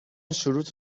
شروط